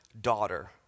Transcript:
daughter